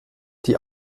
die